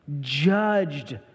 judged